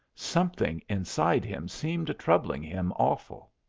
something inside him seemed a-troubling him awful.